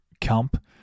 camp